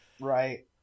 Right